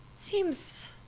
seems